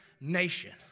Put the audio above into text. nation